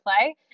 play